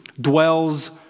dwells